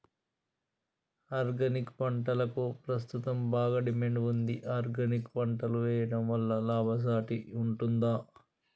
Organic పంటలకు ప్రస్తుతం బాగా డిమాండ్ ఉంది ఆర్గానిక్ పంటలు వేయడం వల్ల లాభసాటి ఉంటుందా?